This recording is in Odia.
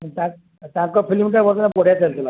ତାଙ୍କ ଫିଲ୍ମଟା ବର୍ତ୍ତମାନ ବଢ଼ିଆ ଚାଲିଥିଲା